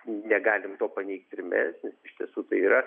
negalim to paneigti ir mes nes iš tiesų tai yra